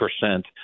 percent